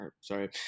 sorry